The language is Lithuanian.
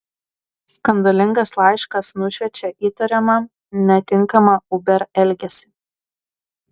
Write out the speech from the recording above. skandalingas laiškas nušviečia įtariamą netinkamą uber elgesį